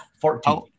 Fourteen